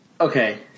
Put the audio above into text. Okay